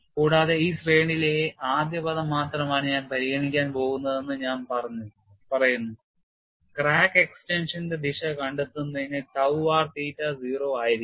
കൂടാതെ ഈ ശ്രേണിയിലെ ആദ്യ പദം മാത്രമാണ് ഞാൻ പരിഗണിക്കാൻ പോകുന്നതെന്ന് ഞാൻ പറയുന്നു ക്രാക്ക് എക്സ്റ്റൻഷന്റെ ദിശ കണ്ടെത്തുന്നതിന് tau r theta 0 ആയിരിക്കണം